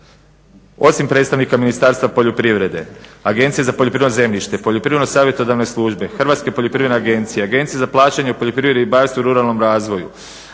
osim predstavnika Ministarstva poljoprivrede, Agencije za poljoprivredno zemljište, POljoprivredne savjetodavne službe, Hrvatske poljoprivredne agencije, Agencije za plaćanje u poljoprivredi ribarstvu i ruralnom razvoju,